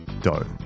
dough